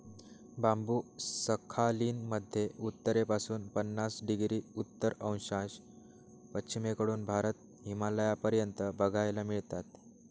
बांबु Sakhalin मध्ये उत्तरेपासून पन्नास डिग्री उत्तर अक्षांश, पश्चिमेकडून भारत, हिमालयापर्यंत बघायला मिळतात